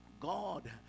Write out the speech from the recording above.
God